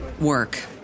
work